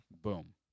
Boom